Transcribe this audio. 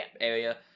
area